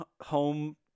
Home